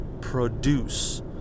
produce